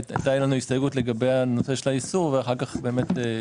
הייתה לנו הסתייגות בנושא האיסור ואז משרד